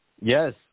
Yes